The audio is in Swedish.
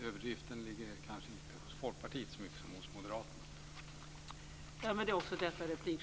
Överdriften ligger kanske inte så mycket hos Folkpartiet som hos